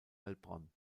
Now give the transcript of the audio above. heilbronn